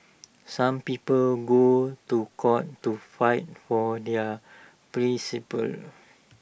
some people go to court to fight for their principles